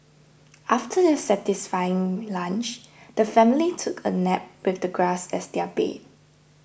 after their satisfying lunch the family took a nap with the grass as their bed